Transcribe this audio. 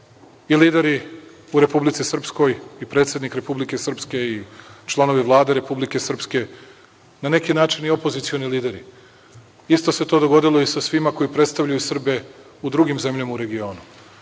i lideri u Republici Srpskoj i predsednik Republike Srpske i članovi Vlade Republike Srpske, na neki način i opozicioni lideri, isto to se dogodilo i sa svima koji predstavljaju Srbe u drugim zemljama u regionu,